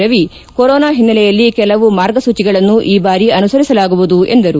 Ravi corona ಹಿನ್ನಲೆಯಲ್ಲಿ ಕೆಲವು ಮಾರ್ಗ ಸೂಚಿಗಳನ್ನು ಈ ಬಾರಿ ಅನುಸರಿಸಲಾಗುವುದು ಎಂದರು